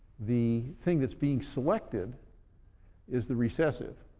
the thing that's being selected is the recessive,